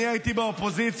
שכשאני הייתי באופוזיציה,